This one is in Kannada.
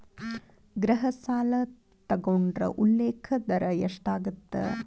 ಗೃಹ ಸಾಲ ತೊಗೊಂಡ್ರ ಉಲ್ಲೇಖ ದರ ಎಷ್ಟಾಗತ್ತ